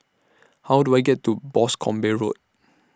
How Do I get to Boscombe Road